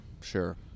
Sure